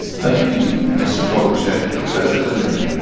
thank you, mister polacek. professor linderman.